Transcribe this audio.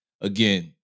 Again